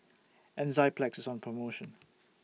Enzyplex IS on promotion